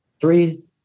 three